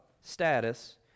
status